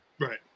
right